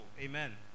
Amen